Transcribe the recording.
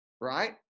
right